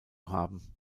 haben